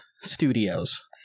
studios